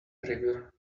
river